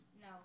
No